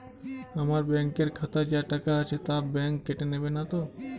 আমার ব্যাঙ্ক এর খাতায় যা টাকা আছে তা বাংক কেটে নেবে নাতো?